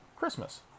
Christmas